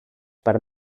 per